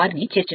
ను చేర్చాము